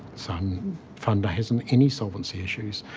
so um fund hasn't any solvency issues.